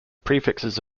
prefixes